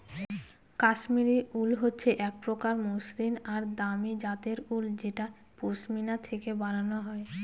Kashmiri wool হচ্ছে এক প্রকার মসৃন আর দামি জাতের উল যেটা পশমিনা থেকে বানানো হয়